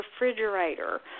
refrigerator